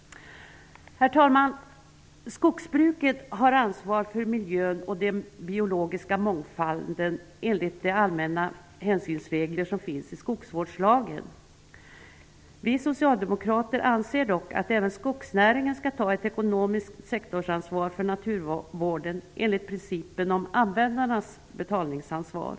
Herr talman! Skogsbruket har ansvar för miljön och den biologiska mångfalden, enligt de allmänna hänsynsregler som finns i skogsvårdslagen. Vi socialdemokrater anser dock att även skogsnäringen skall ha ett ekonomiskt sektorsansvar för naturvården enligt principen om användarnas betalningsansvar.